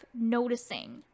noticing